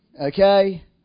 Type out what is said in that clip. Okay